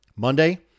Monday